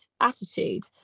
attitude